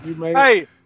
Hey